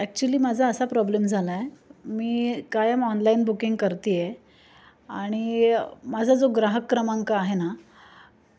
actually माझा असा problem झाला आहे मी कायम ऑनलाईन बुकिंग करते आहे आणि माझा जो ग्राहक क्रमांक आहे ना